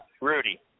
Rudy